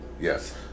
Yes